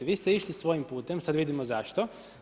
Vi ste išli svojim putem, sad vidimo zašto.